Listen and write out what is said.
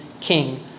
king